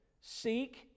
Seek